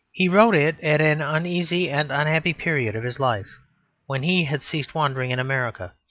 he wrote it at an uneasy and unhappy period of his life when he had ceased wandering in america,